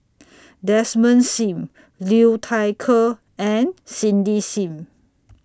Desmond SIM Liu Thai Ker and Cindy SIM